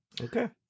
Okay